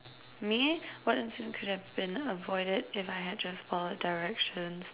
me what incident could have been avoided if I had just followed directions